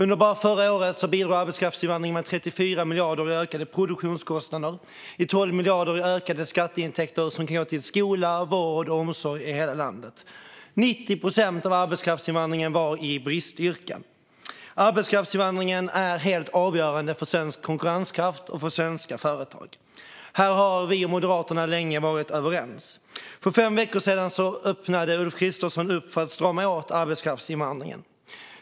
Bara under förra året bidrog arbetskraftsinvandringen med 34 miljarder i ökade produktionsintäkter och med 12 miljarder i ökade skatteintäkter som kan gå till skola, vård och omsorg i hela landet. 90 procent av arbetskraftsinvandringen var i bristyrken. Arbetskraftsinvandringen är helt avgörande för svensk konkurrenskraft och för svenska företag. Här har vi och Moderaterna länge varit överens. För fem veckor sedan öppnade Ulf Kristersson upp för att strama åt arbetskraftsinvandringen.